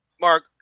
Mark